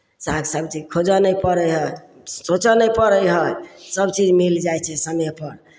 साग सबजी खोजय नहि पड़ै हइ सोचय नहि पड़ै हइ सभचीज मिल जाइ छै समयपर